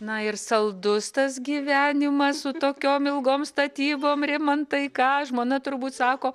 na ir saldus tas gyvenimas su tokiom ilgom statybom rimantai ką žmona turbūt sako